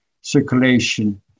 circulation